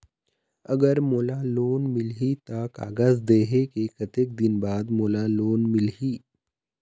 अगर मोला लोन मिलही त कागज देहे के कतेक दिन बाद मोला लोन मिलही?